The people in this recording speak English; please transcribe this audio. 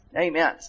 Amen